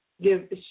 give